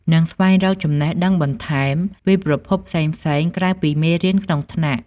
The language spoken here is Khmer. និងស្វែងរកចំណេះដឹងបន្ថែមពីប្រភពផ្សេងៗក្រៅពីមេរៀនក្នុងថ្នាក់។